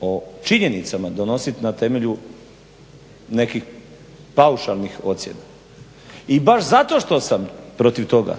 o činjenicama donositi na temelju nekih paušalnih ocjena. I baš zato što sam protiv toga